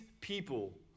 people